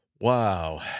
wow